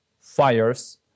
fires